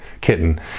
kitten